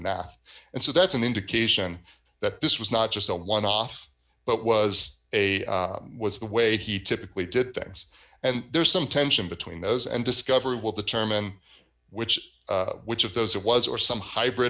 math and so that's an indication that this was not just a one off but was a was the way he typically did things and there's some tension between those and discovery will determine which which of those it was or some hybrid